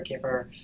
caregiver